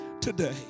today